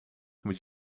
moet